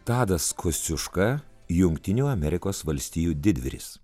tadas kosciuška jungtinių amerikos valstijų didvyris